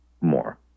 more